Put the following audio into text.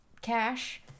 Cash